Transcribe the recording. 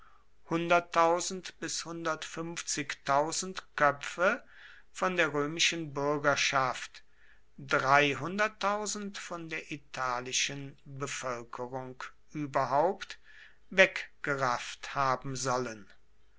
köpfe von der römischen bürgerschaft von der italischen bevölkerung überhaupt weggerafft haben sollen